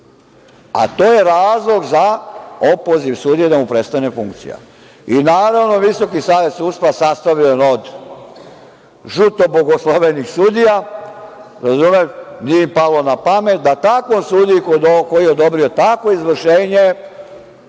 a to je razlog za opoziv sudije da mu prestane funkcija i naravno Visoki savet sudstva, sastavljen od žuto bogoslovenih sudija, razumeš, nije im palo na pamet da takvom sudiji kod ovog ko je odobrio takvo izvršenje